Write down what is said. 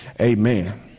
amen